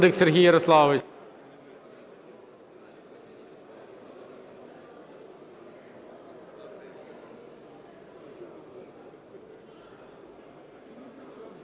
Сергій Ярославович.